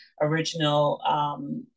original